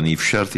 ואני אפשרתי